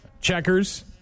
Checkers